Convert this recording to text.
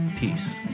Peace